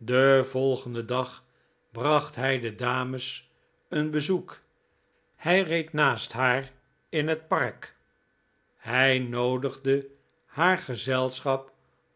den volgenden dag bracht hij de dames een bezoek hij reed naast haar in het park hij noodigde haar gezelschap